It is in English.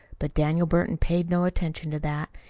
but daniel burton paid no attention to that.